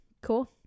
Cool